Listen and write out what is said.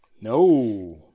No